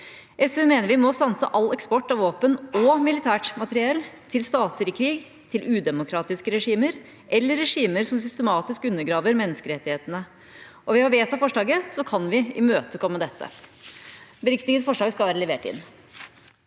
SV mener vi må stanse all eksport av våpen og militært materiell til stater i krig, til udemokratiske regimer eller regimer som systematisk undergraver menneskerettighetene. Ved å vedta forslaget kan vi imøtekomme dette. Beriktiget forslag skal være levert inn.